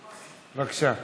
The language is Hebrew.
בבקשה.